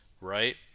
right